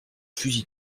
fusil